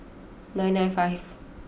nine nine five